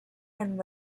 and